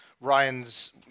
Ryan's